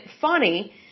funny